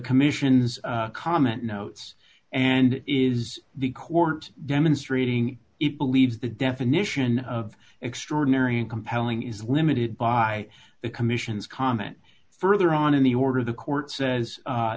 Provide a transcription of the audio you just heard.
commission's comment notes and is the court demonstrating it believes the definition of extraordinary and compelling is limited by the commission's comment further on in the order the court says